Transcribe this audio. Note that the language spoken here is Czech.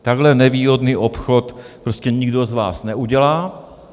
Takhle nevýhodný obchod prostě nikdo z vás neudělá.